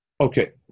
Okay